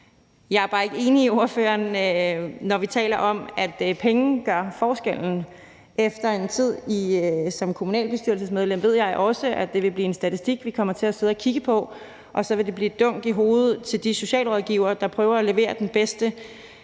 Jeg er bare ikke enig med ordføreren, når ordføreren taler om, at penge gør forskellen. Efter en tid som kommunalbestyrelsesmedlem ved jeg også, at det vil blive en statistik, vi kommer til at sidde og kigge på, og så vil det blive dunk i hovedet til de socialrådgivere, der prøver at levere den bedste